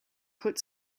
put